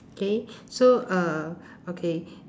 okay so uh okay